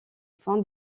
fin